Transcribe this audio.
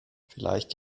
vielleicht